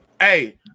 Hey